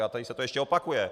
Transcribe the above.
A tady se to ještě opakuje.